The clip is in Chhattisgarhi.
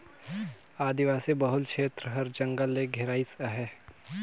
आदिवासी बहुल छेत्र हर जंगल ले घेराइस अहे